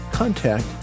contact